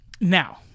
now